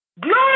Glory